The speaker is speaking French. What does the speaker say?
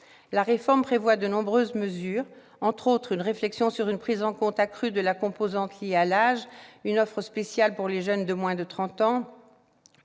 La réforme prévoit de nombreuses mesures, notamment une réflexion sur une prise en compte accrue de la composante liée à l'âge, une offre spéciale pour les jeunes de moins de 30 ans,